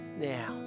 now